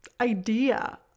idea